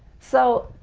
so